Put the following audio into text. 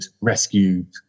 rescued